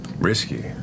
risky